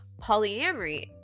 Polyamory